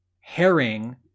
Herring